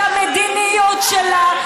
והוא קורא לממשלה לשנות את המדיניות שלה.